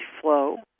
flow